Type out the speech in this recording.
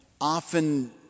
Often